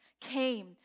came